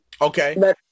Okay